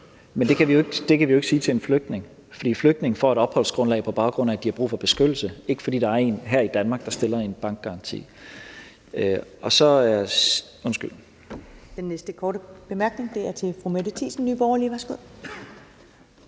Men det kan vi jo ikke sige til en flygtning, fordi flygtninge får et opholdsgrundlag på baggrund af, at de har brug for beskyttelse, ikke fordi der er en her i Danmark, der stiller en bankgaranti. Kl. 14:04 Første næstformand (Karen Ellemann): Den næste korte bemærkning er til fru Mette Thiesen, Nye Borgerlige. Værsgo.